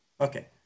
Okay